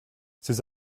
ces